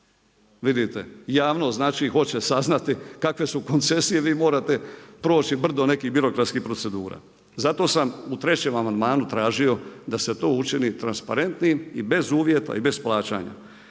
Vidite javnost znači hoće saznati kakve su koncesije, vi morate proći brdo nekih birokratskih procedura. Zato sam u trećem amandmanu tražio da se to učini transparentnim i bez uvjeta i bez plaćanja.